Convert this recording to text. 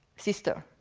sister.